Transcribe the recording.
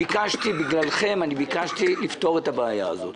ובגללכם ביקשתי לפתור את הבעיה הזאת.